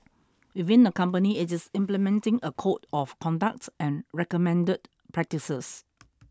within the company it is implementing a code of conduct and recommended practices